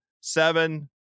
seven